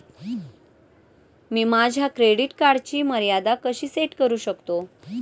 मी माझ्या क्रेडिट कार्डची मर्यादा कशी सेट करू शकतो?